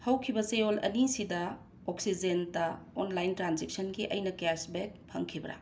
ꯍꯧꯈꯤꯕ ꯆꯌꯣꯜ ꯑꯅꯤꯁꯤꯗ ꯑꯣꯛꯁꯤꯖꯦꯟꯗ ꯑꯣꯟꯂꯥꯏꯟ ꯇ꯭ꯔꯥꯟꯖꯦꯛꯁꯟ ꯑꯩꯅ ꯀꯦꯁꯕꯦꯛ ꯐꯪꯈꯤꯕ꯭ꯔꯥ